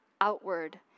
outward